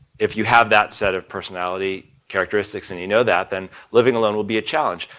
if you have that set of personality characteristics and you know that then living alone will be a challenge.